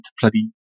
bloody